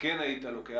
כן היית לוקח?